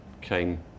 came